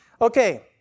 Okay